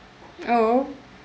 oh